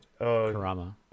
Karama